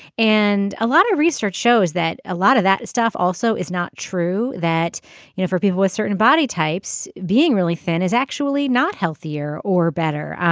and a lot of research shows that a lot of that stuff also is not true that you know for people with certain body types being really thin is actually not healthier or better.